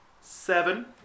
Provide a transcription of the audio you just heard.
Seven